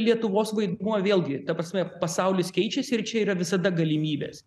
lietuvos vaidmuo vėlgi ta prasme pasaulis keičiasi ir čia yra visada galimybės